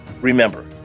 Remember